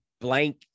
blank